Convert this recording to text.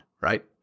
right